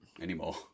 anymore